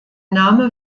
name